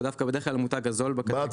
הוא דווקא המותג הזול בקטגוריה.